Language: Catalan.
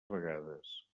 vegades